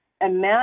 imagine